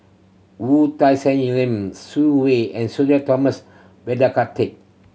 Wu Tsai Yen Lim Swee Say and Sudhir Thomas Vadaketh